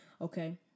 Okay